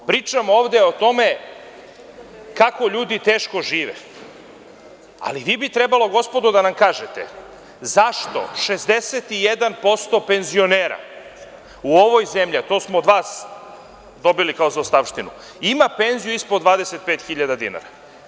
Pričamo ovde o tome kako ljudi teško žive, ali vi bi trebalo, gospodo, da nam kažete zašto 61% penzionera u ovoj zemlji, a to smo od vas dobili kao zaostavštinu, ima penziju ispod 25.000 dinara?